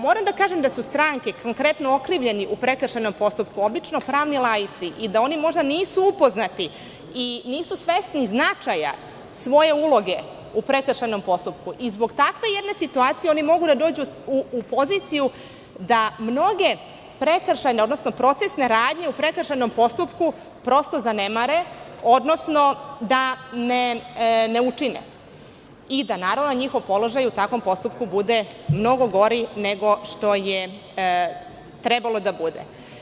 Moram da kažem da su stranke, konkretno okrivljeni u prekršajnom postupku obično pravni laici i da oni možda nisu upoznati i nisu svesni značaja svoje uloge u prekršajnom postupku, i zbog takve jedne situacije oni mogu da dođu u poziciju da mnoge prekršajne, odnosno procesne radnje u prekršajnom postupku prosto zanemare, odnosno da ne učine, i da naravno njihov položaj u takvom postupku bude mnogo gori nego što je trebalo da bude.